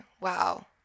wow